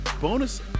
bonus